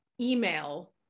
email